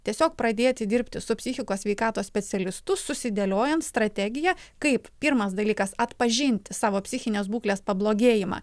tiesiog pradėti dirbti su psichikos sveikatos specialistu susidėliojant strategiją kaip pirmas dalykas atpažinti savo psichinės būklės pablogėjimą